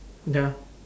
ya